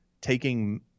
taking